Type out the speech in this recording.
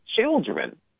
children